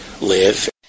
live